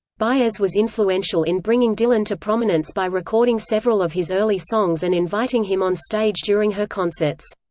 baez was influential in bringing dylan to prominence by recording several of his early songs and inviting him on stage during her concerts.